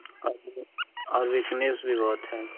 औ और वीकनेस भी बहुत है